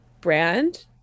brand